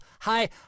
hi